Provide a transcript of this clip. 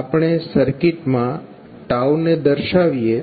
આપણે સર્કિટ્મા ને દર્શાવીએ